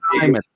time